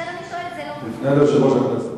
תפנה אל יושב-ראש הכנסת.